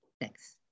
Thanks